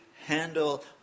handle